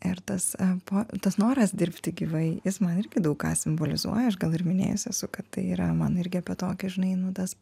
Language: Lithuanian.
ir tas po tas noras dirbti gyvai jis man irgi daug ką simbolizuoja aš gal ir minėjus esu kad tai yra man irgi apie tokį žinai nu tas